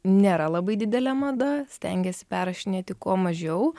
nėra labai didelė mada stengiasi perrašinėti kuo mažiau